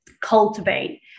cultivate